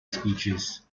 speeches